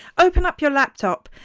open up your laptop,